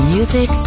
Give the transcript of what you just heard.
Music